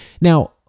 Now